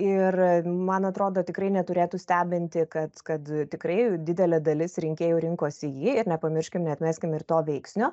ir man atrodo tikrai neturėtų stebinti kad kad tikrai didelė dalis rinkėjų rinkosi jį ir nepamirškim neatmeskim ir to veiksnio